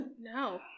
No